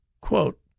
Quote